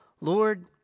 Lord